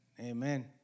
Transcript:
amen